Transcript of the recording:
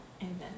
Amen